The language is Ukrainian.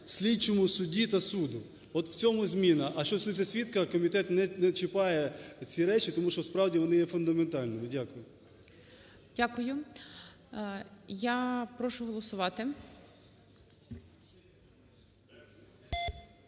слідчому судді та суду, от в цьому зміна. А що стосується свідка, комітет не чіпає ці речі, тому що справді вони є фундаментальними. Дякую. ГОЛОВУЮЧИЙ. Дякую. Я прошу голосувати.